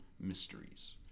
mysteries